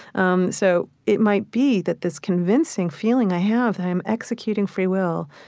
um so it might be that this convincing feeling i have, i am executing free will,